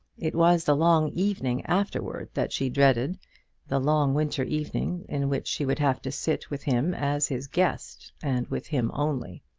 it was the long evening afterwards that she dreaded the long winter evening, in which she would have to sit with him as his guest, and with him only.